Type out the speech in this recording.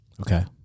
Okay